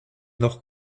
noch